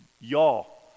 y'all